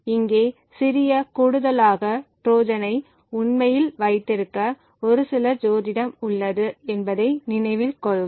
இங்கே சிறிய கூடுதலாக ட்ரோஜனை உண்மையில் வைத்திருக்க ஒரு சில ஜோதிடம் உள்ளது என்பதை நினைவில் கொள்க